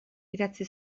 idatzi